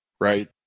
right